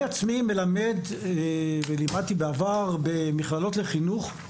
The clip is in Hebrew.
אני עצמי מלמד ולימדתי בעבר במכללות לחינוך.